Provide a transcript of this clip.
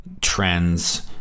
trends